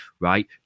right